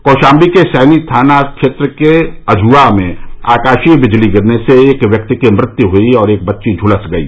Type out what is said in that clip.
कौशाम्बी के सैनी थाना क्षेत्र के अझुआ में आकाशीय बिजली गिरने से एक व्यक्ति की मृत्यु हुई और एक बच्ची झुलस गई